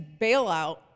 bailout